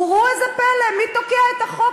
וראו איזה פלא, מי תוקע את החוק?